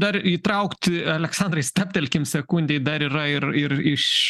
dar įtraukt aleksandrai stabtelkim sekundei dar yra ir ir iš